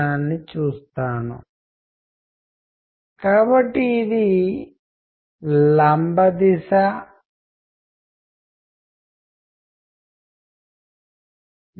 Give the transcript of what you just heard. covert communication అంటే ఎవరితోనైనా రహస్యంగా కమ్యూనికేట్ చేయడం